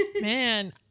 Man